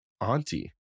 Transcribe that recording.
auntie